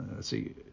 see